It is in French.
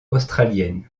australienne